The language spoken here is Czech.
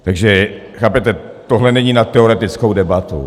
Takže chápete, tohle není na teoretickou debatu.